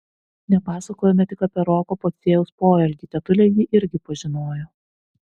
nepasakojome tik apie roko pociejaus poelgį tetulė jį irgi pažinojo